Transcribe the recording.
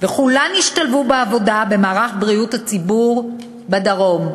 וכולן השתלבו בעבודה במערך בריאות הציבור בדרום.